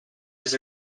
was